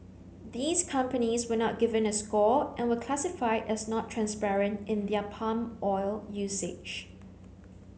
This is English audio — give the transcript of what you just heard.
these companies were not given a score and were classified as not transparent in their palm oil usage